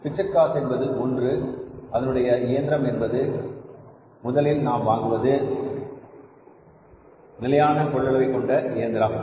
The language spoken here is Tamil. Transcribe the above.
பிக்ஸட் காஸ்ட் என்பது ஒன்று இதனுடைய இயந்திரம் என்பது முதலில் நாம் வாங்குவது நிலையான கொள்ளளவு கொண்ட இயந்திரம்